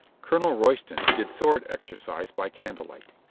colonel royston did sword exercise by candle-light.